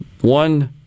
One